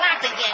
again